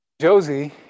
Josie